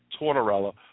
Tortorella